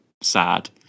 sad